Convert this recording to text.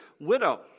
widow